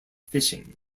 fishing